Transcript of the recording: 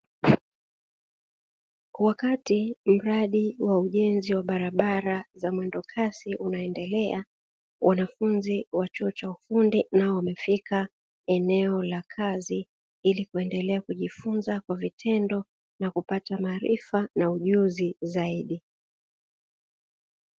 Wakati mradi wa ujenzi wa barabara za mwendokasi unaendelea, wanafunzi wa chuo cha ufundi nao wamefika eneo la kazi, ili kuendelea kujifunza kwa vitendo na kupata maarifa na ujuzi zaidi.